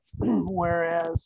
Whereas